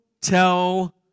tell